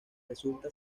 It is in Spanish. resulta